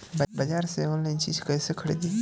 बाजार से आनलाइन चीज कैसे खरीदी?